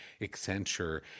Accenture